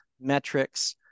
metrics